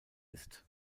ist